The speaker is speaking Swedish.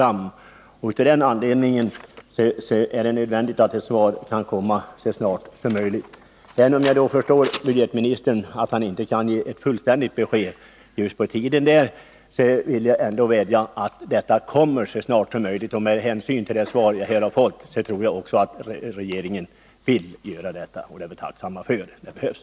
Av den anledningen är det nödvändigt att ett besked kan lämnas så snart som möjligt. Även om jag förstår att budgetministern inte kan ge ett fullständigt besked som också innefattar den tid jag talat om här, så vill jag ändå vädja till honom om att medverka till att ett besked lämnas så snart som möjligt. Med hänsyn till det svar jag har fått tror jag också att regeringen vill göra detta. Det är tillfredsställande, för ett besked behövs.